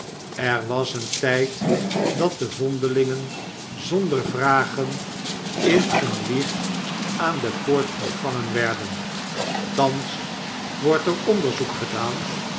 er was een tyd dat de vondelingen zonder vragen in eene wieg aan de poort ontvangen werden thans wordt er onderzoek gedaan